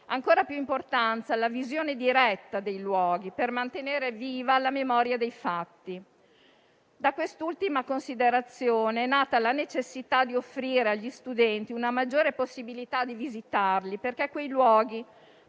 ancora più importanza la visione diretta dei luoghi, per mantenere viva la memoria dei fatti. Da quest'ultima considerazione è nata la necessità di offrire agli studenti una maggiore possibilità di visitarli, perché quei luoghi